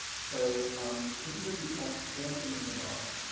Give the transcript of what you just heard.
so this is a piece called stamping in the dark.